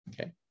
Okay